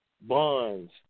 bonds